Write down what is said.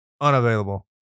Unavailable